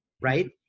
right